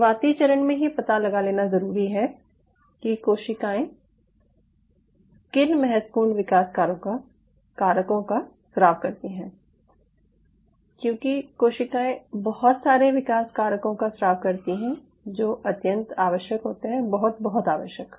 शुरुआती चरण में ही पता लगा लेना ज़रूरी है कि कोशिकाओं किन महत्वपूर्ण विकास कारकों का स्राव करती है क्योंकि कोशिकाएं बहुत सारे विकास कारकों का स्राव करती हैं जो अत्यंत आवश्यक होते हैं बहुत बहुत आवश्यक